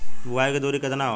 बुआई के दुरी केतना होला?